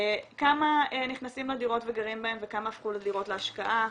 כמה נכנסים לדירות וגרים בהם וכמה הפכו לדירות להשקעה,